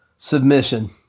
submission